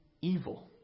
evil